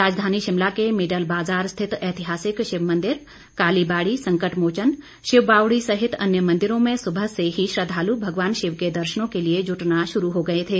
राजधानी शिमला के मिडल बाजार स्थित एतिहासिक शिव मंदिर कालीबाड़ी संकटमोचन शिव बावड़ी सहित अन्य मंदिरों में सुबह से ही श्रद्वालु भगवान शिव के दर्शनों के लिए जुटना शुरू हो गए थे